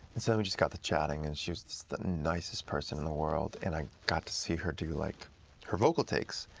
and so then we just got to chatting, and she was just the nicest person in the world. and i got to see her do you like her vocal takes.